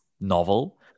novel